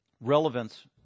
relevance